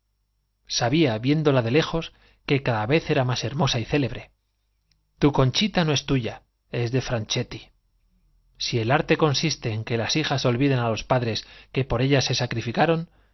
sabía viéndola de lejos que cada vez era más hermosa célebre tu conchita y no es tuya es de franchetti si el arte consiste ea que las hijas olviden los padres que por ellas se sacrificaron